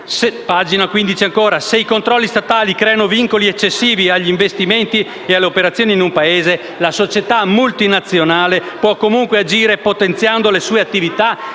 E ancora: «se i controlli statali creano vincoli eccessivi agli investimenti e alle operazioni in un Paese, la società multinazionale può comunque agire potenziando le sue attività